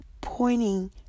pointing